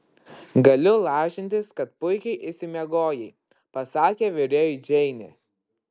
galiu lažintis kad puikiai išsimiegojai pasakė virėjui džeinė